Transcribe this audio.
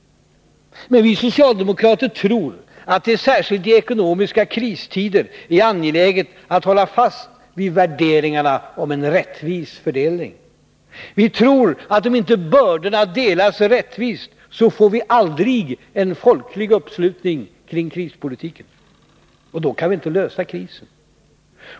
Men vi socialdemokrater tror att det särskilt i ekonomiska kristider är angeläget att hålla fast vid värderingarna om en rättvis fördelning. Vi tror att om inte bördorna delas rättvist, så får vi aldrig en folklig uppslutning kring krispolitiken. Och då kan vi inte lösa krisen.